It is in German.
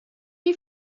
die